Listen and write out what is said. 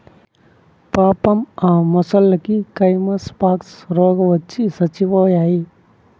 పాపం ఆ మొసల్లకి కైమస్ పాక్స్ రోగవచ్చి సచ్చిపోయాయి